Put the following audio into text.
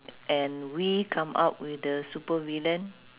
and we come up with the super villain